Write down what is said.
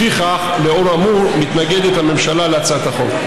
לפיכך, לאור האמור, מתנגדת הממשלה להצעת החוק.